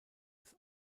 des